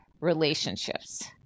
relationships